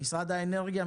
משרד האנרגיה,